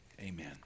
Amen